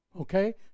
Okay